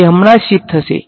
તે હમણાં જ શિફ્ટ થશે